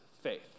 faith